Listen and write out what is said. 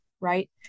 right